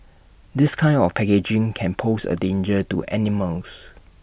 this kind of packaging can pose A danger to animals